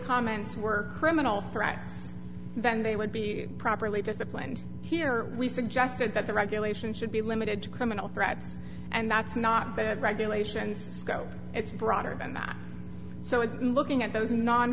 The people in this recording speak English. comments were criminal threats then they would be properly disciplined here we suggested that the regular should be limited to criminal threats and that's not bad regulations sco it's broader than that so it's looking at those non